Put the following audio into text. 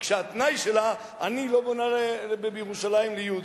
כשהתנאי שלה הוא: אני לא בונה בירושלים ליהודים?